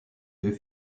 deux